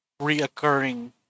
reoccurring